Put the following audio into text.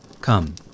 Come